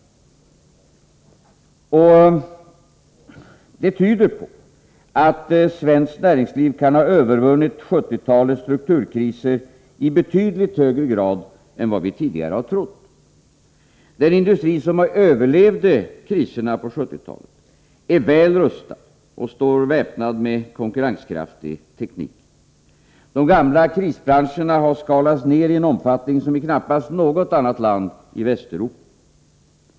Det tyder på att svenskt näringsliv kan ha övervunnit 1970-talets strukturkriser i betydligt högre grad än vi tidigare trott. Den industri som överlevde kriserna på 1970-talet är väl rustad och står väpnad med konkurrenskraftig teknik. De gamla krisbranscherna har skalats ned i en omfattning som i knappast något annat land i Västeuropa.